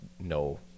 no